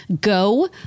go